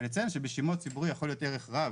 אני אציין שבשימוע הציבורי יכול להיות ערך רב